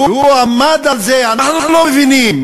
והוא עמד על זה שאנחנו לא מבינים.